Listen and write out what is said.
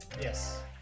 Yes